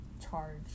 charge